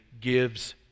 gives